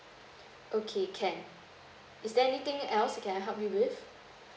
okay can is there anything else I can help you with